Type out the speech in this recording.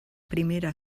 primera